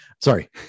Sorry